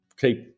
keep